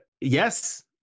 yes